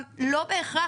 דווקא,